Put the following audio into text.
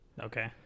Okay